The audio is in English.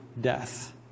death